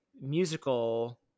musical